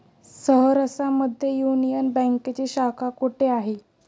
सहरसा मध्ये युनियन बँकेची शाखा कुठे आहे?